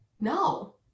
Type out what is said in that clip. No